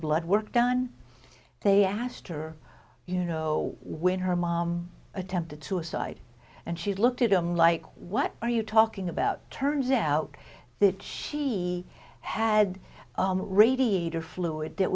blood work done they asked her you know when her mom attempted suicide and she looked at them like what are you talking about turns out that she had radiator fluid that